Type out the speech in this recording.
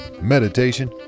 meditation